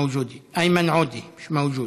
מיש מווג'ודה,